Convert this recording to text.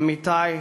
עמיתי,